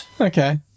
Okay